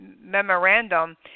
memorandum